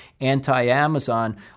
anti-Amazon